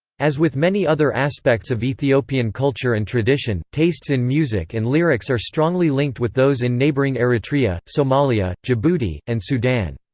as with many other aspects of ethiopian culture and tradition, tastes in music and lyrics are strongly linked with those in neighboring eritrea, somalia, djibouti, and sudan.